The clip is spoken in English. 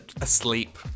asleep